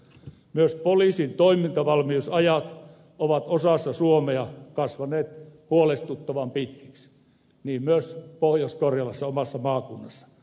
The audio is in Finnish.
myös poliisin toimintavalmiusajat ovat osassa suomea kasvaneet huolestuttavan pitkiksi niin myös pohjois karjalassa omassa maakunnassani